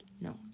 no